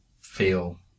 feel